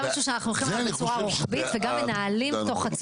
זה משהו שאנחנו מנהלים בצורה רוחבית וגם תוך חצי